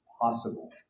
possible